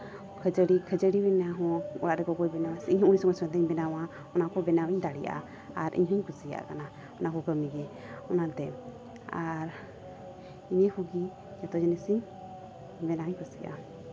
ᱠᱷᱟᱹᱡᱟᱹᱲᱤ ᱠᱷᱟᱹᱡᱟᱹᱲᱤ ᱵᱮᱱᱟᱣ ᱦᱚᱸ ᱚᱲᱟᱜ ᱨᱮ ᱜᱚᱜᱚᱭ ᱵᱮᱱᱟᱣᱟ ᱤᱧ ᱦᱚᱸ ᱩᱱᱤ ᱥᱚᱝᱜᱮ ᱥᱚᱝᱜᱮᱛᱮᱧ ᱵᱮᱱᱟᱣᱟ ᱚᱟᱱ ᱠᱚ ᱵᱟᱱᱟᱣ ᱤᱧ ᱫᱟᱲᱮᱭᱟᱜᱼᱟ ᱟᱨ ᱤᱧ ᱦᱚᱸᱧ ᱠᱩᱥᱤᱭᱟᱜ ᱠᱟᱱᱟ ᱚᱱᱟ ᱠᱚ ᱠᱟᱹᱢᱤ ᱜᱮ ᱚᱱᱟᱛᱮ ᱟᱨ ᱤᱱᱟᱹ ᱠᱚᱜᱮ ᱡᱷᱚᱛᱚ ᱡᱤᱱᱤᱥ ᱤᱧ ᱵᱮᱱᱟᱣ ᱤᱧ ᱠᱩᱥᱤᱟᱭᱟᱜᱼᱟ